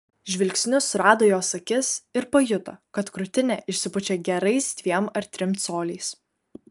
žvilgsniu surado jos akis ir pajuto kad krūtinė išsipučia gerais dviem ar trim coliais